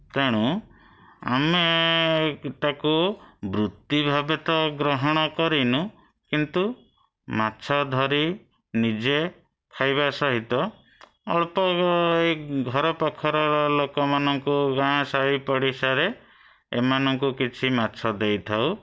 ତେଣୁ ଆମେ ତାକୁ ବୃତ୍ତି ଭାବେ ତ ଗ୍ରହଣ କରିନୁ କିନ୍ତୁ ମାଛ ଧରି ନିଜେ ଖାଇବା ସହିତ ଅଳ୍ପ ଏଇ ଘର ପାଖରର ଲୋକମାନଙ୍କୁ ଗାଁ ସାହି ପଡ଼ିଶାରେ ଏମାନଙ୍କୁ କିଛି ମାଛ ଦେଇଥାଉ